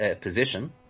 position